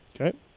Okay